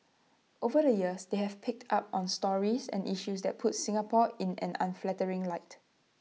over the years they have picked up on stories and issues that puts Singapore in an unflattering light